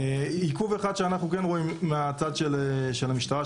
עיכוב אחד שאנחנו כן רואים מהצד של המשטרה,